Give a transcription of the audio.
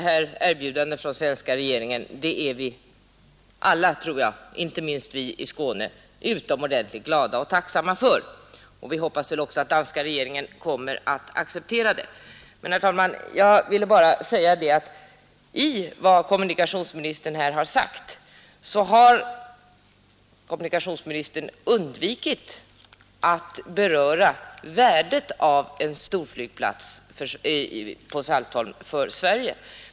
Herr talman! Jag tror att vi alla, inte minst vi i Skåne, är utomordentligt glada och tacksamma för det här erbjudandet från den svenska regeringen, och vi hoppas också att danska regeringen kommer att acceptera det. Herr talman! Jag vill bara säga att i det som kommunikationsministern har anfört har kommunikationsministern undvikit att beröra värdet för Sverige av en storflygplats på Saltholm.